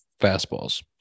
fastballs